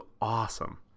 awesome